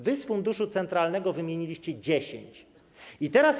Wy z funduszu centralnego wymieniliście 10. Wstyd.